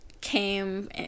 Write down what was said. came